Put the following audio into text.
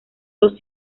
dos